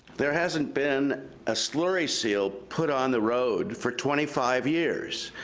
there hasn't been a slurry seal put on the road for twenty five years.